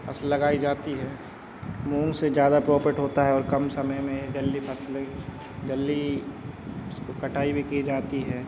फसल लगाई जाती है मूँग से ज़्यादा प्राफिट होता है और कम समय में जल्दी फसलें जल्दी उसको कटाई भी की जाती है